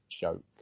joke